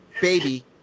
baby